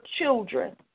children